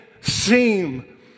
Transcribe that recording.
seem